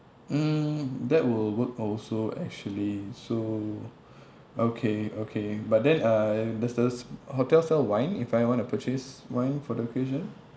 mm that will work also actually so okay okay but then uh does the s~ hotel sell wine if I want to purchase wine for the occasion